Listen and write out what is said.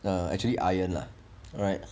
uh actually iron lah alright